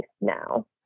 now